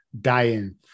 dying